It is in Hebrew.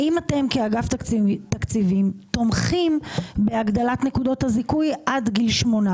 האם אתם כאגף תקציבים תומכים בהגדלת נקודות הזיכוי עד גיל 18?